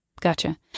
Gotcha